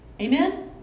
Amen